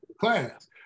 class